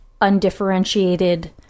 undifferentiated